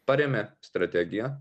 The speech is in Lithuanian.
paremia strategiją